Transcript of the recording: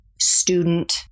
student